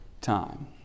time